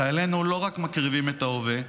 חיילינו לא מקריבים רק את ההווה,